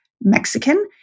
Mexican